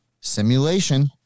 simulation